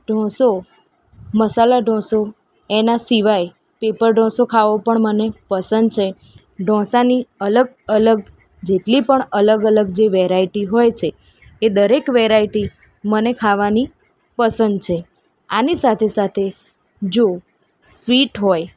ઢોસો મસાલા ઢોસો એના સિવાય પેપર ઢોસો ખાવો પણ મને પસંદ છે ઢોસાની અલગ અલગ જેટલી પણ અલગ અલગ જે વેરાયટી હોય છે એ દરેક વેરાયટી મને ખાવાની પસંદ છે આની સાથે સાથે જો સ્વીટ હોય